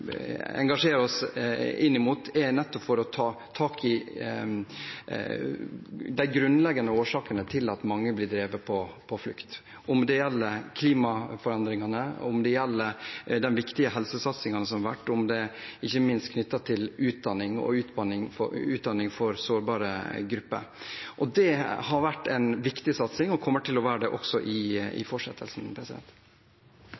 oss inn mot, er det nettopp for å ta tak i de grunnleggende årsakene til at mange blir drevet på flukt, om det gjelder klimaforandringene, om det gjelder de viktige helsesatsingene som har vært, og ikke minst det som er knyttet til utdanning, og utdanning for sårbare grupper. Det har vært en viktig satsing og kommer til å være det også i